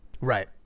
right